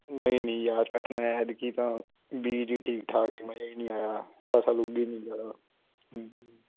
ਨਹੀਂ ਨਹੀਂ ਯਾਰ ਕੱਟਣਾ ਐਤਕੀਂ ਤਾਂ ਬੀਜ ਹੀ ਠੀਕ ਠਾਕ ਸੀ ਮਜ਼ਾ ਹੀ ਨਹੀਂ ਆਇਆ ਫਸਲ ਉੱਗੀ ਨਹੀਂ ਜ਼ਿਆਦਾ ਹਮ